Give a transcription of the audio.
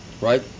right